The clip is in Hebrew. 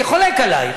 אני חולק עלייך,